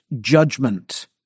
judgment